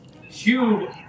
huge